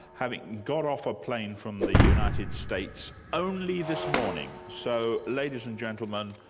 having got off a plane from the united states only this morning. so ladies and gentlemen,